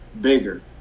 bigger